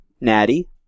Natty